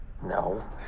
No